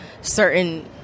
certain